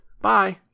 Bye